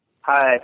Hi